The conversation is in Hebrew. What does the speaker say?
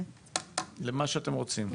למה שאתם רוצים.